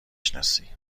شناسی